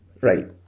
Right